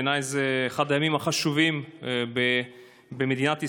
בעיניי זה אחד הימים החשובים במדינת ישראל,